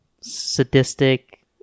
sadistic